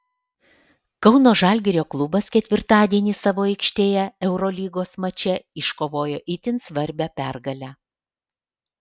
kauno žalgirio klubas ketvirtadienį savo aikštėje eurolygos mače iškovojo itin svarbią pergalę